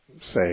say